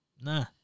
nah